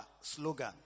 slogan